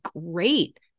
great